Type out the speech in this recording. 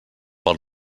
pel